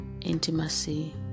Intimacy